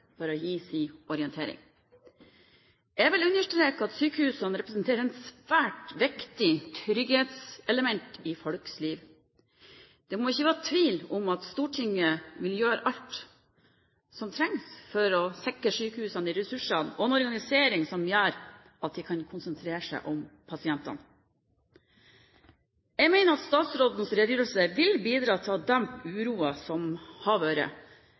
for å gi sin orientering. Jeg vil understreke at sykehusene representerer et svært viktig trygghetselement i folks liv. Det må ikke være tvil om at Stortinget vil gjøre alt som trengs for å sikre sykehusene de ressurser og en organisering som gjør at de kan konsentrere seg om pasientene. Jeg mener at statsrådens redegjørelse vil bidra til å dempe den uroen som har vært.